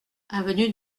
avenue